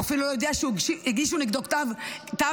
הוא אפילו לא יודע שהגישו נגדו כתב תביעה,